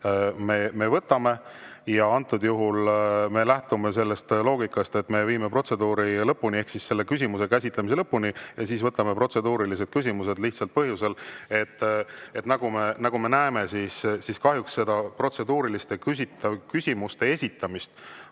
me võtame. Ja me lähtume sellest loogikast, et me viime protseduuri lõpuni ehk selle küsimuse käsitlemise lõpuni ja siis võtame protseduurilised küsimused. Lihtsalt põhjusel, et kahjuks, nagu me näeme, on seda protseduuriliste küsimuste esitamise